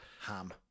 Ham